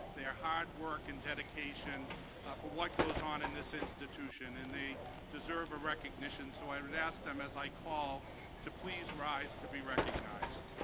their hard work and dedication for what goes on in this institution, and they they deserve a recognition, so i would ask them as i call to please rise to be recognized.